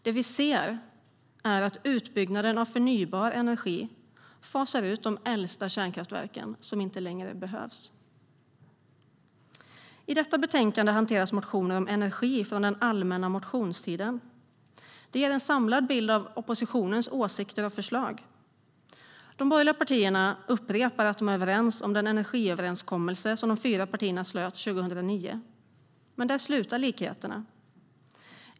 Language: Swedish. Det vi ser är att utbyggnaden av förnybar energi fasar ut de äldsta kärnkraftverken som inte längre behövs. I detta betänkande hanteras motioner om energi från den allmänna motionstiden. De ger en samlad bild av oppositionens åsikter och förslag. De borgerliga partierna upprepar att de är överens om den energiöverenskommelse som de fyra partierna slöt 2009. Men där slutar likheterna.